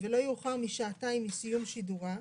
ולא יאוחר משעתיים מסיום שידורה,